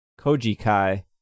Kojikai